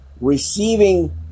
Receiving